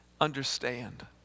understand